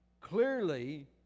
clearly